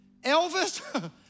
Elvis